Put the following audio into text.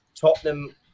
Tottenham